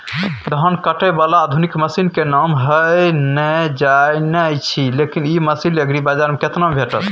धान काटय बाला आधुनिक मसीन के नाम हम नय जानय छी, लेकिन इ मसीन एग्रीबाजार में केतना में भेटत?